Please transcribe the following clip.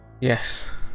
Yes